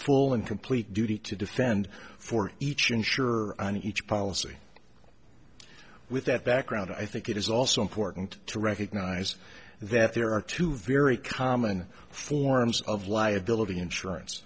full and complete duty to defend for each insurer on each policy with that background i think it is also important to recognize that there are two very common forms of liability insurance